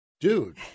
dude